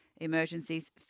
Emergencies